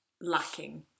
lacking